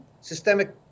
systemic